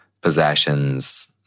possessions